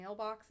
mailboxes